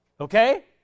Okay